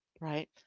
right